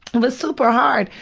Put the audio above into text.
was super hard,